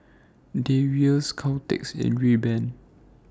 Dreyers Caltex and Rayban